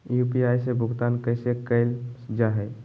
UPI से भुगतान कैसे कैल जहै?